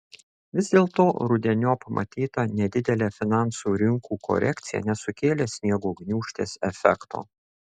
vis dėlto rudeniop matyta nedidelė finansų rinkų korekcija nesukėlė sniego gniūžtės efekto